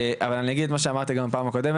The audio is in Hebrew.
אבל אני אגיד את מה שאמרתי גם בפעם הקודמת.